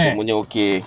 semuanya okay